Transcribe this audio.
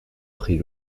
pris